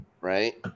right